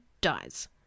dies